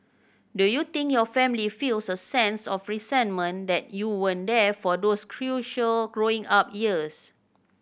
do you think your family feels a sense of resentment that you weren't there for those crucial growing up years